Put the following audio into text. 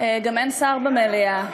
גם אין שר במליאה.